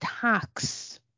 tax